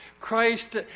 Christ